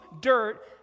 dirt